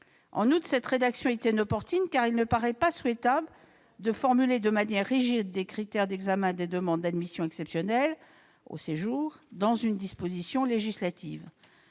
En outre, sa rédaction est inopportune, car il ne paraît pas souhaitable de formuler de manière rigide des critères d'examen des demandes d'admission exceptionnelle au séjour dans une disposition législative.